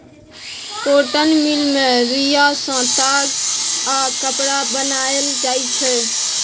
cotton mill मे रुइया सँ ताग आ कपड़ा बनाएल जाइ छै